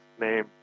name